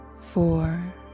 Four